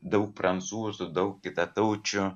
daug prancūzų daug kitataučių